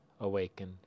awaken